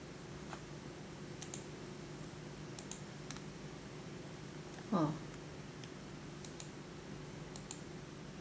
ah